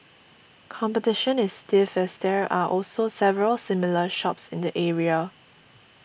competition is stiff as there are also several similar shops in the area